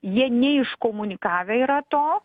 jie neiškomunikavę yra to